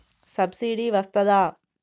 Subsidy వస్తదా?